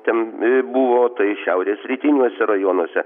ten buvo tai šiaurės rytiniuose rajonuose